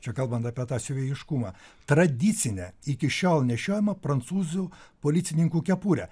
čia kalbant apie tą siuvėjiškumą tradicinę iki šiol nešiojamą prancūzų policininkų kepurę